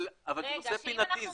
אבל זה נושא פינתי,